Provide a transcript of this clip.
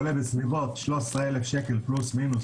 עולה בסביבות 13 אלף שקל פלוס-מינוס,